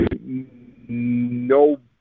no